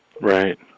Right